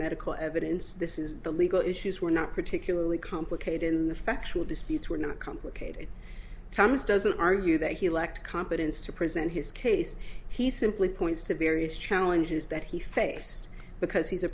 medical evidence this is the legal issues were not particularly complicated in the factual disputes were not complicated terms doesn't argue that he lacked competence to present his case he simply points to various challenges that he faced because he's a